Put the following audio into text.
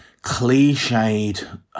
cliched